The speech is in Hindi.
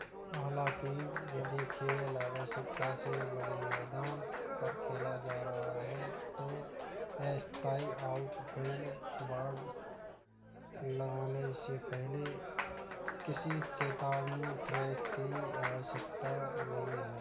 हालाँकि यदि खेल आवश्यकता से बड़े मैदान पर खेला जा रहा है तो अस्थायी आउटफील्ड लगाने से पहले किसी चेतावनी ट्रैक की आवयश्कता नहीं है